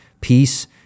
peace